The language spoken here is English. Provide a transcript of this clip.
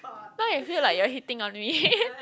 now it feel like you are hitting on me